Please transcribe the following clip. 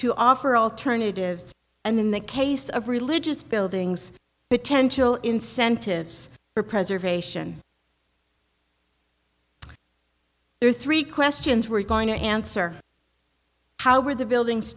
to offer alternatives and in the case of religious buildings potential incentives for preservation there are three questions we're going to answer how were the buildings